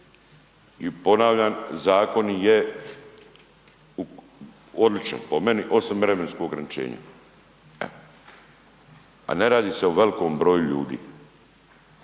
I ponavljam zakon je odličan po meni osim vremenskog ograničenja. A ne radi se o velikom broju ljudi,